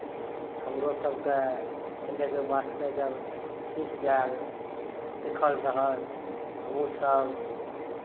हमरो सभके हेलयके वास्ते जब सीख जायब सीखल रहत हमहूँसभ